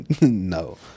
no